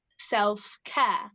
self-care